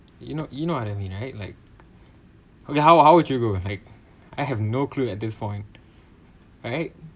you know you know what I mean right like okay how how would you go like I have no clue at this point right